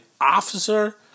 Officer